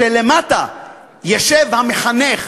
כשלמטה ישב המחנך